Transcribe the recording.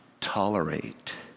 tolerate